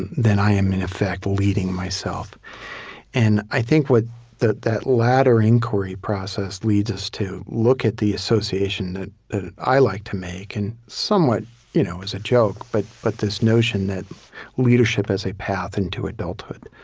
then i am, in effect, leading myself and i think what that that latter inquiry process leads us to look at the association that i like to make and somewhat you know as a joke, but but this notion that leadership as a path into adulthood,